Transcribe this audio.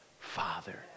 Father